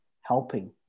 helping